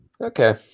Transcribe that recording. Okay